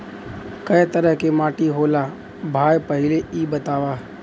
कै तरह के माटी होला भाय पहिले इ बतावा?